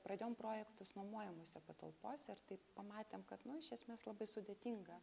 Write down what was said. pradėjom projektus nuomojamose patalpose ir taip pamatėm kad nu iš esmės labai sudėtinga